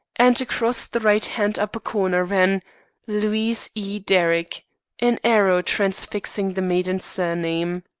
and across the right-hand upper corner ran louise e. derrick an arrow transfixing the maiden surname.